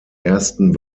ersten